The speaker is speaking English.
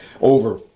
over